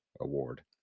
award